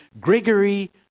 Gregory